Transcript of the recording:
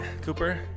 Cooper